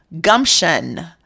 gumption